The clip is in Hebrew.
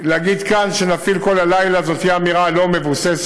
להגיד כאן שנפעיל כל הלילה זו תהיה אמירה לא-מבוססת.